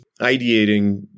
ideating